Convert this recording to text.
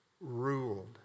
ruled